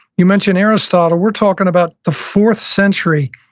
you mentioned aristotle. we're talking about the fourth century,